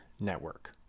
Network